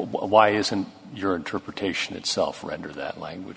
why isn't your interpretation itself render that language